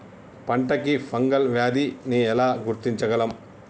పంట కి ఫంగల్ వ్యాధి ని ఎలా గుర్తించగలం?